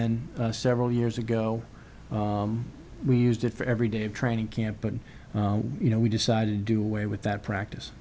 then several years ago we used it for every day of training camp and you know we decided to do away with that practice